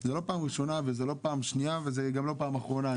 זה לא פעם ראשונה וזו לא פעם שניה וזה גם לא פעם אחרונה.